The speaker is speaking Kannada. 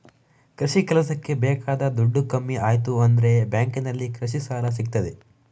ಕೃಷಿ ಕೆಲಸಕ್ಕೆ ಬೇಕಾದ ದುಡ್ಡು ಕಮ್ಮಿ ಆಯ್ತು ಅಂದ್ರೆ ಬ್ಯಾಂಕಿನಲ್ಲಿ ಕೃಷಿ ಸಾಲ ಸಿಗ್ತದೆ